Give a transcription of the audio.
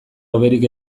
hoberik